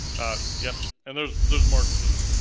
ah yep, and there's there's more to this.